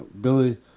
Billy